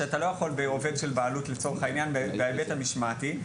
שאתה לא יכול בעובד של בעלות לצורך העניין בהיבט המשמעתי,